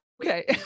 Okay